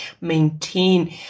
maintain